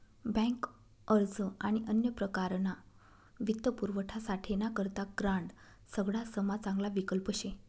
bank अर्ज आणि अन्य प्रकारना वित्तपुरवठासाठे ना करता ग्रांड सगडासमा चांगला विकल्प शे